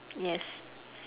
yes